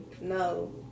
No